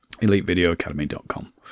EliteVideoAcademy.com